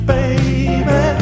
Baby